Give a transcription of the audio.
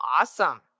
Awesome